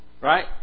right